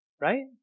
right